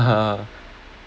ah